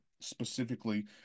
specifically